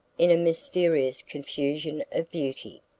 in a mysterious confusion of beauty.